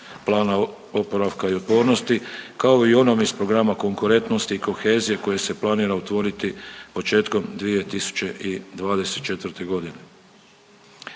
plana oporavka i otpornosti kao i onom iz programa konkurentnosti i kohezije koje se planira otvoriti početkom 2024. godine.